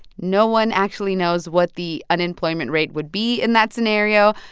no one actually knows what the unemployment rate would be in that scenario.